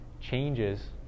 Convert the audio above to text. changes